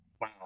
Wow